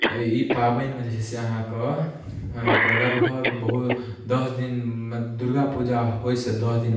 ई पाबनिमे जे छै से अहाँके लगभग बहुत दस दिन दुर्गा पूजा होइ से दस दिन